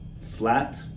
Flat